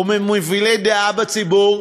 וממובילי דעה בציבור,